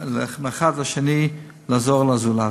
מאחד לשני, לעזור לזולת.